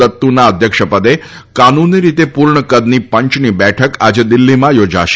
દત્તુના અધ્યક્ષપદે કાનૂની રીતે પુર્ણ કદની પંચની બેઠક આજે દિલ્હીમાં થોજાશે